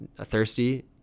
thirsty